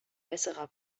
besserer